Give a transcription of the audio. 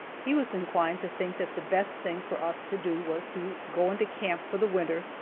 he was inclined to think that the best thing for us to do was to go into camp for the winter,